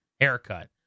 haircut